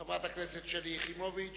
חברת הכנסת שלי יחימוביץ